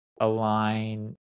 align